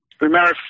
remember